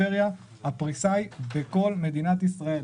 הפריסה היא בכל מדינת ישראל.